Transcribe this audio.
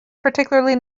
particularly